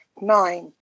nine